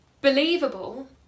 Believable